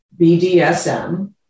BDSM